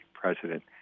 president